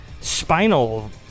spinal